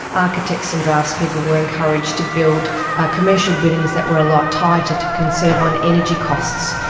architects and drafts-people were encouraged to build ah commercial buildings that were a lot tighter to conserve on energy costs.